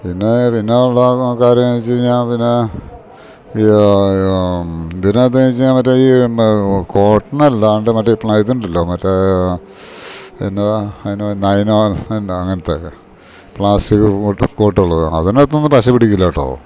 പിന്നെ പിന്നെ ഒള്ള കാര്യന്ന് വെച്ച് കഴിഞ്ഞാ പിന്നെ ഈ ഇതിനാത്തേക്ക് മറ്റേ ഈ കോട്ടണല്ലാണ്ട് മറ്റേ മ ഇതുണ്ടല്ലോ മറ്റേ എന്നതാ അയിന നൈലൊ അങ്ങനത്തെത് പ്ലാസ്റ്റിക് കോട്ടൊള്ളത് അതിനാത്തൊന്നും പശ പിടിക്കില്ലട്ടോ